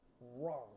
wrong